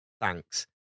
Thanks